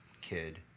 kid